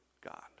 God